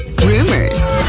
rumors